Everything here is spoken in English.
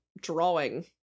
drawing